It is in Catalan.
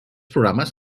programes